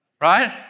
Right